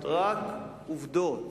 רק עובדות.